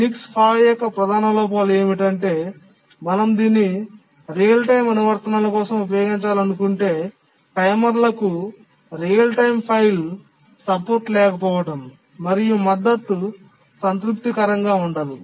Unix 5 యొక్క ప్రధాన లోపాలు ఏమిటంటే మనం దీన్ని రియల్ టైమ్ అనువర్తనాల కోసం ఉపయోగించాలనుకుంటే టైమర్లకు రియల్ టైమ్ ఫైల్ సపోర్ట్ లేకపోవడం మరియు మద్దతు సంతృప్తికరంగా ఉండదు